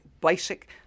basic